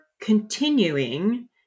continuing